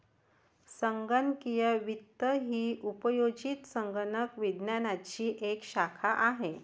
संगणकीय वित्त ही उपयोजित संगणक विज्ञानाची एक शाखा आहे